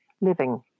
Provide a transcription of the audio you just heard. living